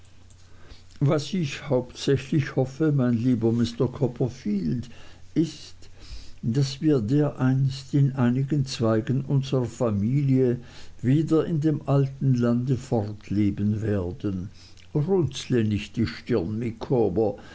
was ich hauptsächlich hoffe mein lieber mr copperfield ist daß wir dereinst in einigen zweigen unserer familie wieder in dem alten lande fortleben werden runzle nicht die